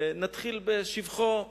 נתחיל בשבחו,